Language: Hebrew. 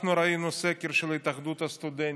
ראינו סקר של התאחדות הסטודנטים,